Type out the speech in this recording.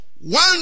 one